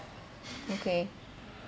okay